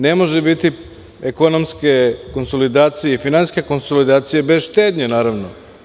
Ne može biti ekonomske i finansijske konsolidacije bez štednje, naravno.